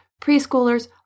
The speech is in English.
preschoolers